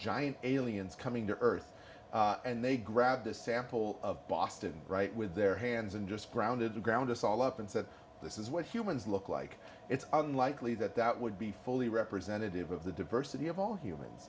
giant aliens coming to earth and they grab this sample of boston right with their hands and just grounded to ground us all up and said this is what humans look like it's unlikely that that would be fully representative of the diversity of all human